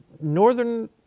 Northern